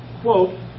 quote